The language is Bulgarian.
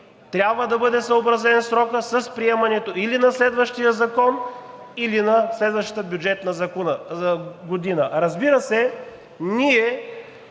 трябва да бъде съобразен срокът с приемането или на следващия закон, или на следващата бюджетна година. Разбира се, ние,